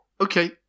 Okay